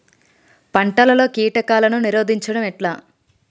పంటలలో కీటకాలను నిరోధించడం ఎట్లా?